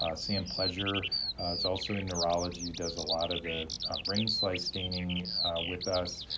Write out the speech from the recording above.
sam pleasure is also in neurology, does a lot of the brain slice staining with us.